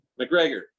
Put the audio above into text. McGregor